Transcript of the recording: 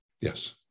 yes